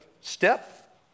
step